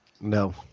No